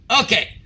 Okay